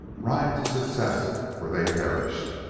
ride to success where they perished.